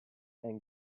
and